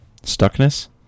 stuckness